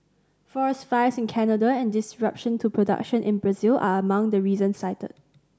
forest fires in Canada and disruption to production in Brazil are among the reasons cited